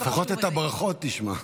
לפחות את הברכות תשמע.